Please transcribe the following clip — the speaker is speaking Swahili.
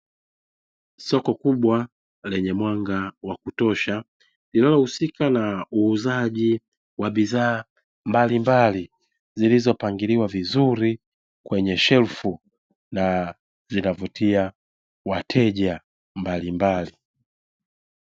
Soko kubwa lenye mwanga wa kutosha linalohusika na uuzaji wa bidhaa mbalimbali zilizopangiliwa vizuri kwenye shelfu na linavutia wateja mbalimbali.